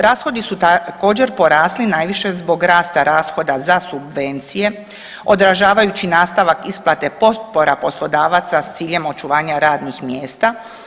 Rashodi su također porasli najviše zbog rashoda za subvencije odražavajući nastavak isplate potpora poslodavaca s ciljem očuvanja radnih mjesta.